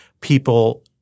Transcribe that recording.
people